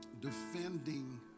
Defending